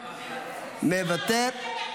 מוותר.